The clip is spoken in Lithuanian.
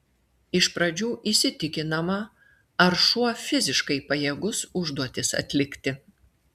iš pradžių įsitikinama ar šuo fiziškai pajėgus užduotis atlikti